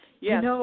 Yes